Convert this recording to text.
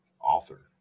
author